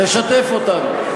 תשתף אותנו.